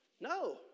No